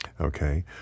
Okay